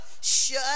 shut